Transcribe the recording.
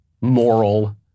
moral